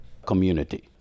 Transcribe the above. Community